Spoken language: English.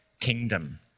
kingdom